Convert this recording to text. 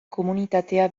komunitatea